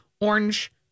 orange